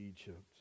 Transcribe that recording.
Egypt